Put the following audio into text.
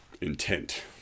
intent